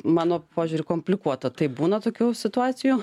mano požiūriu komplikuota taip būna tokių situacijų